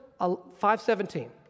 517